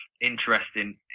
interesting